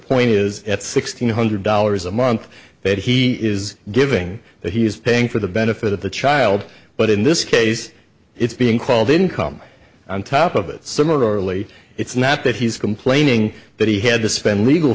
point is at sixteen hundred dollars a month that he is giving that he is paying for the benefit of the child but in this case it's being called income on top of it similarly it's not that he's complaining that he had to spend legal